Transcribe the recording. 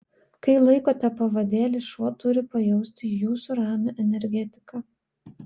kai laikote pavadėlį šuo turi pajausti jūsų ramią energetiką